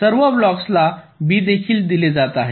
सर्व ब्लॉकला B देखील दिले जात आहे